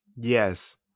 yes